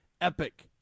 epic